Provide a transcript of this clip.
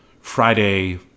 Friday